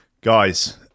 Guys